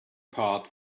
part